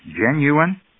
genuine